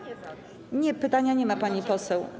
Nie, pytania nie ma, pani poseł.